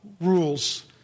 rules